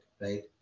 right